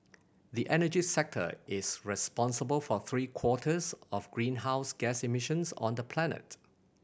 the energy sector is responsible for three quarters of greenhouse gas emissions on the planet